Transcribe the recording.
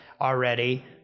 already